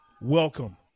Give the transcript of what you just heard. welcome